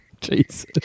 Jesus